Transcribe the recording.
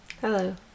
Hello